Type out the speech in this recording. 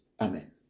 Amen